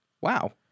Wow